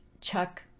Chuck